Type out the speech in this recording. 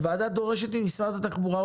הוועדה דורשת ממשרד התחבורה,